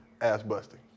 ass-busting